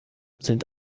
sind